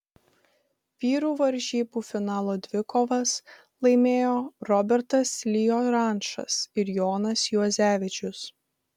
vyrų varžybų finalo dvikovas laimėjo robertas liorančas ir jonas juozevičius